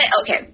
okay